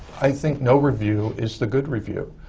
i think no review is the good review.